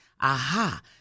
Aha